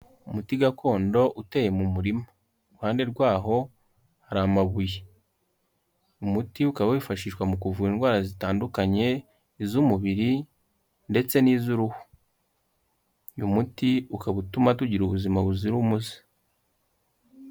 Umuti gakondo uteye mu murima, iruhande rwaho hari amabuye, umuti ukaba wifashishwa mu kuvura indwara zitandukanye, iz'umubiri ndetse n'izuruhu uyu muti ukaba utuma tugira ubuzima buzira umuze.